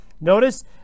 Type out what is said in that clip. Notice